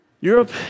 Europe